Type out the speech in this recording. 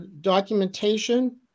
documentation